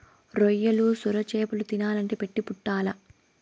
రొయ్యలు, సొరచేపలు తినాలంటే పెట్టి పుట్టాల్ల